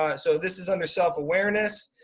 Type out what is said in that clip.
ah so this is under self awareness.